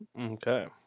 Okay